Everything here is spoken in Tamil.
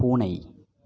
பூனை